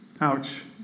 Ouch